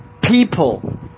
people